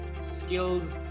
skills